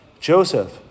Joseph